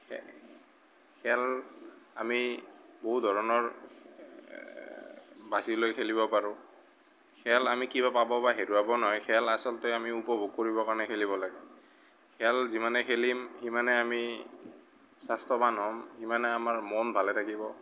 খে খেল আমি বহু ধৰণৰ বাছি লৈ খেলিব পাৰোঁ খেল আমি কিবা পাব বা হেৰুৱাব নহয় খেল আচলতে আমি উপভোগ কৰিব কাৰণে খেলিব লাগে খেল যিমানেই খেলিম সিমানেই আমি স্বাস্থ্যৱান হ'ম সিমানেই আমাৰ মন ভালে থাকিব